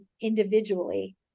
individually